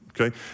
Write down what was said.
Okay